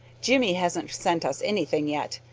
jimmie hasn't sent us anything yet,